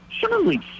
surely